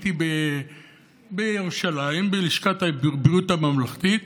הייתי בירושלים בלשכת הבריאות הממלכתית.